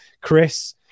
Chris